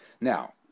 Now